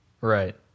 Right